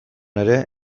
ere